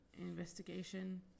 investigation